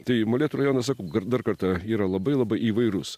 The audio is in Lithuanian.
tai molėtų rajonas sakau dar kartą yra labai labai įvairus